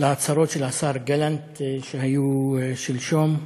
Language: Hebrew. להצהרות של השר גלנט, שהיו שלשום,